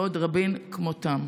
ועוד רבים כמותם.